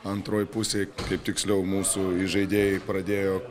antroj pusėj kaip tiksliau mūsų įžaidėjai pradėjo